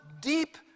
deep